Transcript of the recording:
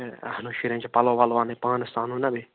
ہے اَہنو شُرٮ۪ن چھِ پَلو وَلو اَنٕنۍ پانس تہِ اَنو نا بیٚیہِ